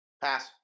Pass